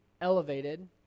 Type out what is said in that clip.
elevated